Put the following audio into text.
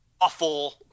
awful